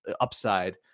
upside